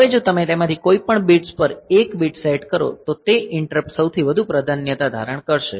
હવે જો તમે તેમાંથી કોઈપણ બિટ્સ પર 1 બીટ સેટ કરો તો તે ઈંટરપ્ટ સૌથી વધુ પ્રાધાન્યતા ધારણ કરશે